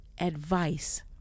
advice